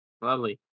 Lovely